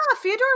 Fyodor